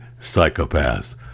psychopaths